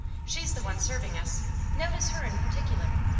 she's the one serving us notice her in particular.